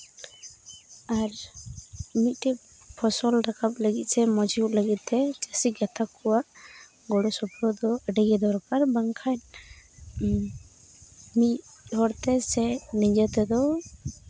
ᱟᱨ ᱢᱤᱫᱴᱮᱡ ᱯᱷᱚᱥᱚᱞ ᱨᱟᱠᱟᱵ ᱞᱟᱹᱜᱤᱫ ᱥᱮ ᱢᱚᱡᱽ ᱦᱩᱭᱩᱜ ᱞᱟᱹᱜᱤᱫ ᱛᱮ ᱪᱟᱹᱥᱤ ᱜᱟᱛᱟᱠ ᱠᱚᱣᱟᱜ ᱜᱚᱲᱚ ᱥᱚᱯᱚᱦᱚᱫ ᱫᱚ ᱟᱹᱰᱤᱜᱮ ᱫᱚᱨᱠᱟᱨ ᱵᱟᱝᱠᱷᱟᱱ ᱢᱤᱫ ᱦᱚᱲᱛᱮ ᱥᱮ ᱱᱤᱡᱮ ᱛᱮᱫᱚ